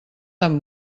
tan